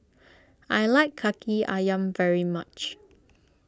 I like Kaki Ayam very much